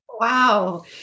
Wow